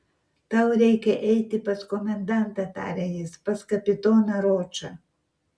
tau reikia eiti pas komendantą tarė jis pas kapitoną ročą